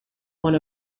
one